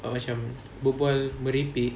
or macam berbual merepek